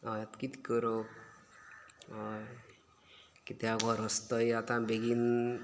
हय कितें करप हय कित्याक हो रस्तोय आतां बेगीन